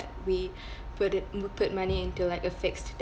we put it would put money into like a fixed